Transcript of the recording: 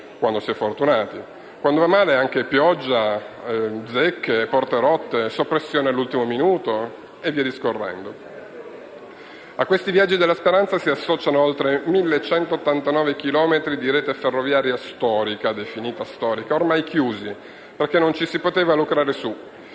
quando va male anche con pioggia, zecche e porte rotte o soppressioni dell'ultimo minuto e via discorrendo. A questi viaggi della speranza si associano oltre 1.189 chilometri di rete ferroviaria definita "storica" ormai chiusi, perché non ci si poteva lucrare,